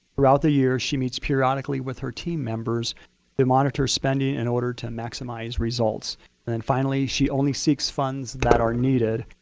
throughout the year, she meets periodically with her team members who monitor spending in order to maximize results. and then finally, she only seeks funds that are needed,